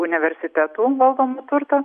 universitetų valdomą turtą